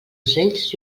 ocells